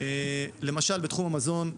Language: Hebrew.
למשל בתחום המזון,